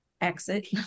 exit